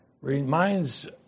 reminds